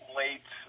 late